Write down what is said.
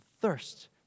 thirst